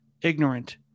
ignorant